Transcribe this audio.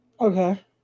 Okay